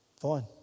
fine